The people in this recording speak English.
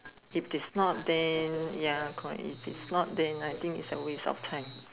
if it is not then ya correct if it is not then I think is a waste of time